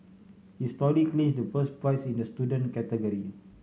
his story clinched the first prize in the student category